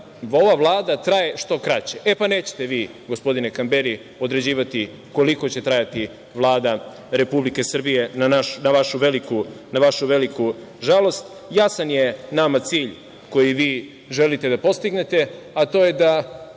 ova Vlada traje što kraće. E, pa, nećete vi, gospodine Kamberi, određivati koliko će trajati Vlada Republike Srbije, na vašu veliku žalost. Jasan je nama cilj koji vi želite da postignete, a to je da,